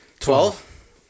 Twelve